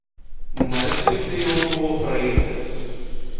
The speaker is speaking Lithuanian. marciui tai jau buvo praeitis